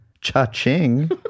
Cha-ching